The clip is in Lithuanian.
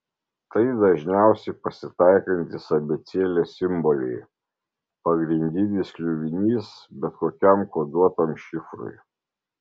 tai dažniausiai pasitaikantys abėcėlės simboliai pagrindinis kliuvinys bet kokiam koduotam šifrui